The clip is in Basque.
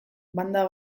banda